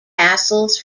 castles